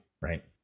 right